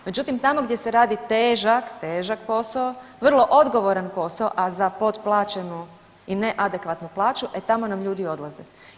Međutim tamo gdje se radi težak, težak posao, vrlo odgovoran posao, a za potplaćenu i neadekvatnu plaću e tamo nam ljudi odlaze.